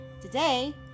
Today